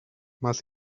más